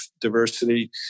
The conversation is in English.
diversity